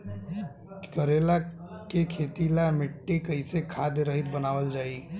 करेला के खेती ला मिट्टी कइसे खाद्य रहित बनावल जाई?